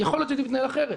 יכול להיות שהייתי מתנהל אחרת,